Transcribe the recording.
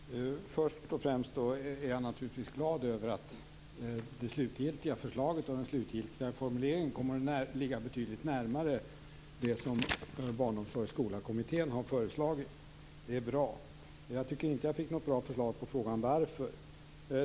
Fru talman! Först och främst är jag naturligtvis glad över att det slutgiltiga förslaget och den slutgiltiga formuleringen kommer att ligga betydligt närmare det som Barnomsorg och skolakommittén har föreslagit. Det är bra, men jag tycker inte att jag fick något bra svar på frågan "Varför?"